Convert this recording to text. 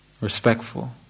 respectful